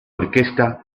orquesta